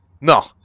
No